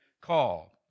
call